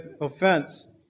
offense